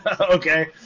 Okay